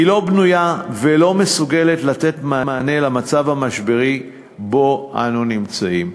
היא לא בנויה ולא מסוגלת לתת מענה למצב המשברי שבו אנו נמצאים.